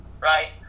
right